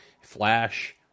Flash